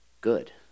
good